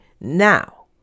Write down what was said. now